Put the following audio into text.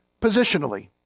positionally